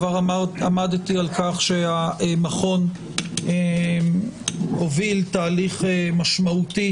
כבר עמדתי על כך שהמכון הוביל תהליך משמעותי